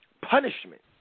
Punishment